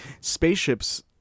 spaceships